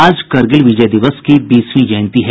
आज करगिल विजय दिवस की बीसवीं जयंती है